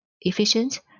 efficient